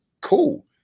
Cool